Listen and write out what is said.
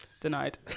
Denied